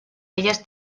elles